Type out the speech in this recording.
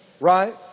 right